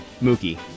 Mookie